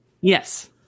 Yes